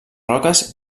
roques